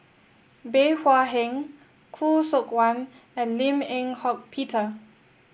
Bey Hua Heng Khoo Seok Wan and Lim Eng Hock Peter